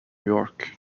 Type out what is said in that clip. york